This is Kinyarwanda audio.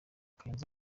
kayonza